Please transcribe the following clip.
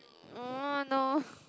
no